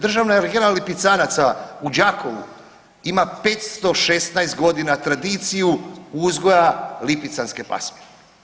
Državna ergela lipicanaca u Đakovu ima 516 godina tradiciju uzgoja lipicanske pasmine.